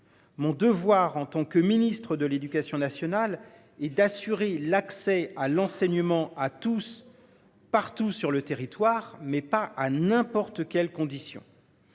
Mon devoir en tant que ministre de l'Éducation nationale et d'assurer l'accès à l'enseignement à tous, partout sur le territoire mais pas à n'importe quelle conditions.